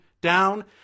down